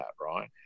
right